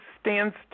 stands